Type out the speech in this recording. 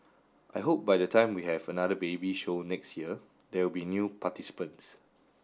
I hope by the time we have another baby show next year there'll be new participants